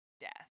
death